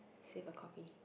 save a copy